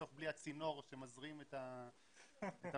בסוף בלי הצינור שמזרים את המזומנים,